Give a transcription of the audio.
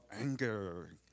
anger